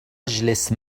اجلس